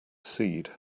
seed